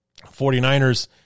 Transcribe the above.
49ers